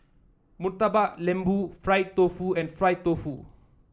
Murtabak Lembu Fried Tofu and Fried Tofu